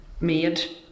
made